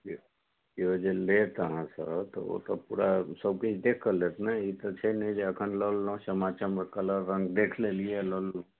किओ जे लेत अहाँसँ तऽ ओ तऽ पूरा सभचीज देखके लेत ने ई तऽ छै नहि जे एखनि लऽ लेलहुँ चमाचम कलर रङ्ग देख लेलियै आ लऽ लेलहुँ